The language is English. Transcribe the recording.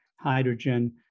hydrogen